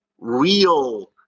real